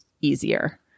easier